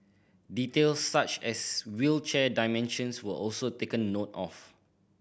details such as wheelchair dimensions were also taken note of